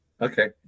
Okay